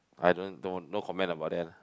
I don't don't no comment about that lah